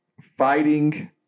fighting